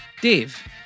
Dave